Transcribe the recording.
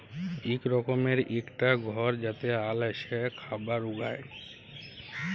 ইক রকমের ইকটা ঘর যাতে আল এসে খাবার উগায়